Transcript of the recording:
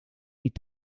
niet